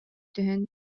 түһэн